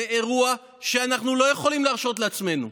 זה אירוע שאנחנו לא יכולים להרשות לעצמנו.